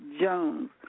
Jones